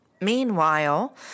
Meanwhile